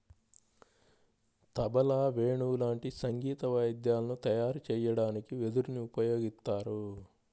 తబలా, వేణువు లాంటి సంగీత వాయిద్యాలు తయారు చెయ్యడానికి వెదురుని ఉపయోగిత్తారు